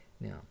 Now